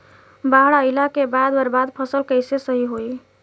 बाढ़ आइला के बाद बर्बाद फसल कैसे सही होयी?